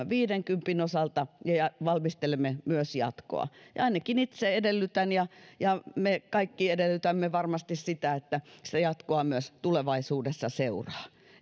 viidenkympin osalta ja valmistelemme myös jatkoa ainakin itse edellytän ja ja me kaikki edellytämme varmasti sitä että sitä jatkoa myös tulevaisuudessa seuraa